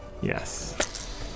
Yes